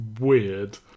weird